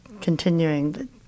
continuing